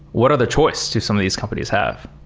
what other choice do some of these companies have?